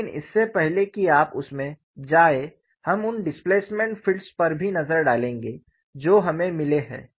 लेकिन इससे पहले कि आप उसमें जाएं हम उन डिस्प्लेसमेंट फ़ील्ड्स पर भी नजर डालेंगे जो हमें मिले हैं